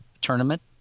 tournament